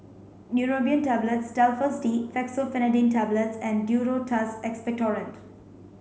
Neurobion Tablets Telfast D Fexofenadine Tablets and Duro Tuss Expectorant